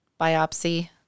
biopsy